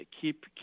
keep